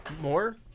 More